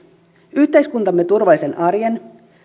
yhteiskuntamme turvallisen arjen